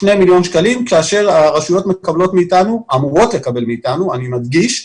בסך הכול שני מיליון שקלים כאשר הרשויות אמורות לקבל מאתנו אני מדגיש,